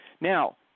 Now